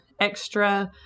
extra